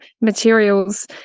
materials